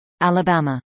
Alabama